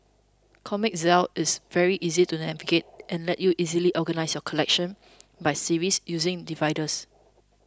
Comic Zeal is very easy to navigate and lets you easily organise your collection by series using dividers